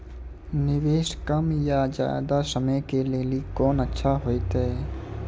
निवेश कम या ज्यादा समय के लेली कोंन अच्छा होइतै?